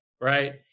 Right